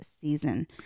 season